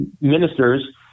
ministers